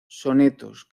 sonetos